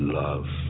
love